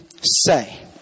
say